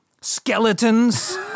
Skeletons